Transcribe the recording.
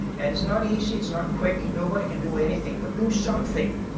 and it's not easy. it's not quick, nobody can do everything, but do something.